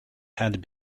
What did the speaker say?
had